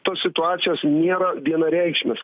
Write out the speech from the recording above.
tos situacijos nėra vienareikšmės